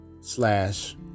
slash